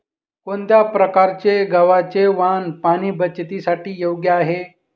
कोणत्या प्रकारचे गव्हाचे वाण पाणी बचतीसाठी योग्य आहे?